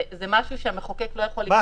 זה משהו שהמחוקק לא יכול --- במדינה דמוקרטית.